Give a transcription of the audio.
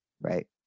right